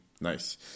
Nice